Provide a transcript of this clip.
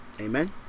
Amen